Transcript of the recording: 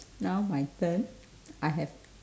now my turn I have